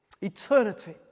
Eternity